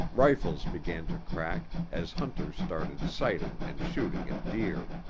rifles began to crack as hunters started sighting and shooting at deer.